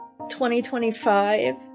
2025